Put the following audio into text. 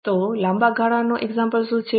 તો લાંબા ગાળાના ઉદાહરણો શું છે